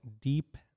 Deep